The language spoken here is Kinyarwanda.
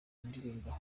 ndirimbo